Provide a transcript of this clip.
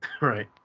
Right